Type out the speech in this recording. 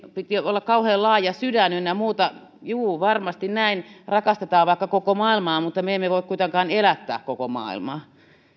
piti olla kauhean laaja sydän ynnä muuta ja juu varmasti näin rakastetaan vaikka koko maailmaa mutta me emme voi kuitenkaan elättää koko maailmaa